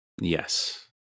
Yes